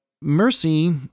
Mercy